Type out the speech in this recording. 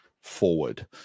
forward